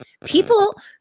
People